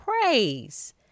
praise